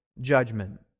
judgment